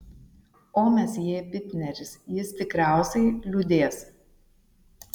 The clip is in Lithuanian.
o mesjė bitneris jis tikriausiai liūdės